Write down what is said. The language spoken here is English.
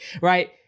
Right